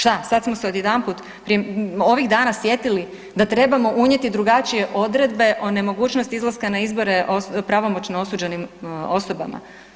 Šta, sad smo se odjedanput ovih dana sjetili da trebamo unijeti drugačije odredbe o nemogućnosti izlaska na izbore pravomoćno osuđenim osobama.